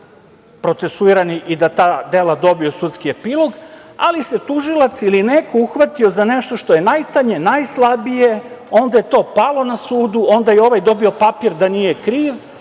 pocesuirani i da ta dela dobiju sudski epilog, ali se tužilac ili neko uhvatio za nešto što je najtanje, najslabije i onda je to palo na sudu, onda je ovaj dobio papir da nije kriv